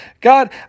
God